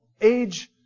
Age